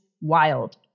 wild